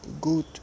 good